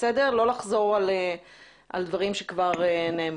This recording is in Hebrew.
לא לחזור על דברים שנאמרו.